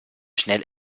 schnell